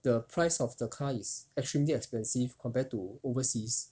the price of the car is extremely expensive compared to overseas